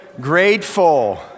grateful